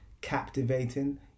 captivating